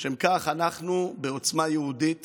בשל כך אנחנו בעוצמה יהודית